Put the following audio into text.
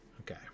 Okay